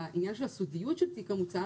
לעניין של הסודיות של תיק המוצר